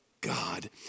God